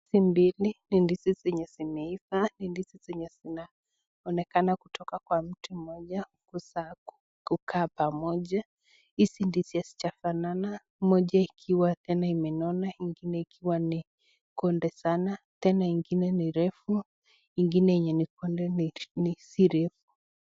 Hizi mbili ni ndizi zenye zimeiva ni ndizi zenye zinaonekana kutoka kwa mti moja kukosa kukaa pamoja, Hizi ndizi hasijafana moja ikiwa tena imenona ingine ikiwa ni konde sana tena ingine refu ingine yenye ni konde si refu.